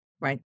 right